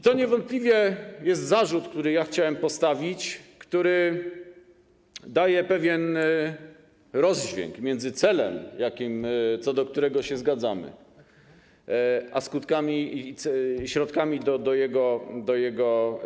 To niewątpliwie jest zarzut, który chciałem postawić, który ukazuje pewien rozdźwięk między celem, co do którego się zgadzamy, a skutkami i środkami dojścia do niego.